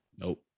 nope